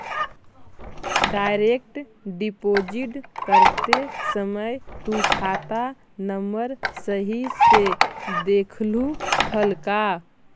Direct deposit करते समय तु खाता नंबर सही से देखलू हल का?